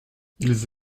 ils